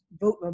vote